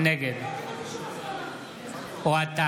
נגד אוהד טל,